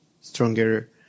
stronger